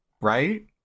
Right